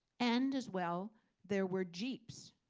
and as well there were jeeps.